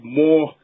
more